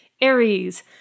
Aries